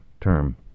term